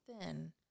thin